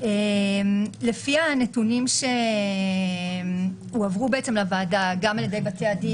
לפי הנתונים שהועברו לוועדה, גם ע"י בתי הדין